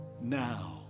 now